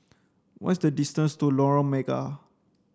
What is the distance to Lorong Mega